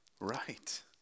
Right